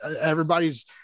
everybody's